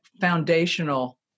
foundational